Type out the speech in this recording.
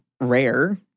rare